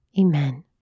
Amen